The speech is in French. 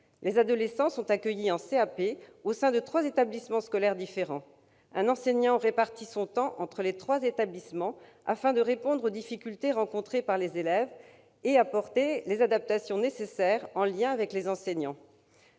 Les adolescents sont accueillis en CAP au sein de trois établissements scolaires différents. Un enseignant répartit son temps entre les trois établissements, afin de répondre aux difficultés rencontrées par les élèves et d'apporter les adaptations nécessaires, en lien avec les enseignants.